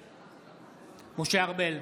בעד משה ארבל,